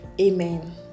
Amen